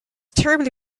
terribly